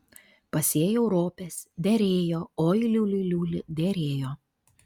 pasėjau ropes derėjo oi liuli liuli derėjo